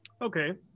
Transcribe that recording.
Okay